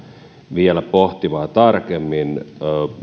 vielä pohtimaan tarkemmin